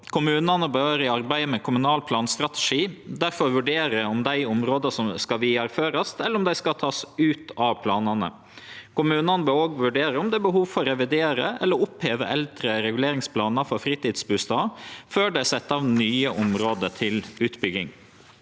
Kommunane bør i arbeidet med kommunal planstrategi difor vurdere om dei områda skal vidareførast, eller om dei skal takast ut av planane. Kommunane bør òg vurdere om det er behov for å revi dere eller oppheve eldre reguleringsplanar for fritidsbustader, før dei set av nye område til utbygging.